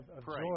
pray